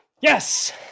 Yes